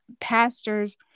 pastors